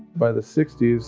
by the sixty s,